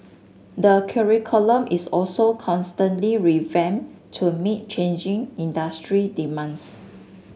the curriculum is also constantly revamp to meet changing industry demands